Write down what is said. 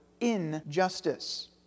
injustice